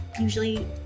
Usually